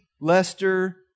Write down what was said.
Lester